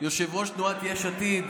יושב-ראש תנועת יש עתיד.